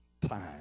time